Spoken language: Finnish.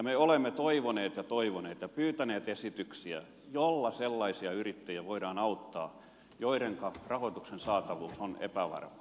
me olemme toivoneet ja toivoneet ja pyytäneet esityksiä joilla sellaisia yrittäjiä voidaan auttaa joidenka rahoituksen saatavuus on epävarmaa